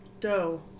dough